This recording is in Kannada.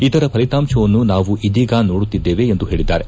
ಇದರ ಫಲಿತಾಂಶವನ್ನು ನಾವು ಇದೀಗ ನೋಡುತ್ತಿದ್ದೇವೆ ಎಂದು ಹೇಳಿದ್ದಾರೆ